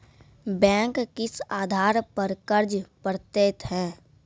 Bank किस आधार पर कर्ज पड़तैत हैं?